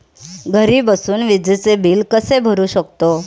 घरी बसून विजेचे बिल कसे भरू शकतो?